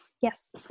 Yes